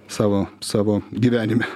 savo savo gyvenime